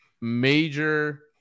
major